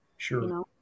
sure